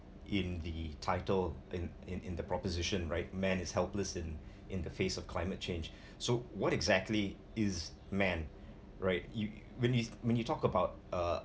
in the title in in in the proposition right man is helpless in in the face of climate change so what exactly is man right you when you when you talk about uh